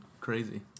crazy